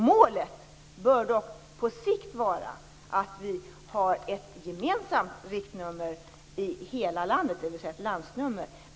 Målet bör på sikt vara att vi har ett gemensamt riktnummer i hela landet, dvs. ett landsnummer.